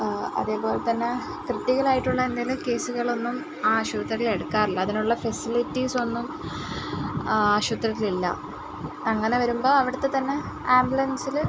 അതേപോലെത്തന്നെ ക്രിട്ടിക്കലായിട്ടുള്ള എന്തെങ്കിലും കേസുകളൊന്നും ആ ആശുപത്രിയിൽ എടുക്കാറില്ല അതിനുള്ള ഫെസിലിറ്റീസ് ഒന്നും ആശുപത്രിയിൽ ഇല്ല അങ്ങനെ വരുമ്പോൾ അവിടുത്തെ തന്നെ ആംബുലൻസിൽ